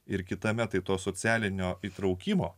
ir kitame tai to socialinio įtraukimo